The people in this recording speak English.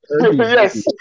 yes